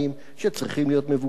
שצריכים להיות מבוקרים,